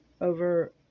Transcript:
over